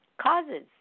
causes